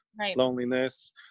loneliness